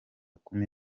kumi